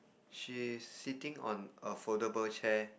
she's sitting on a foldable chair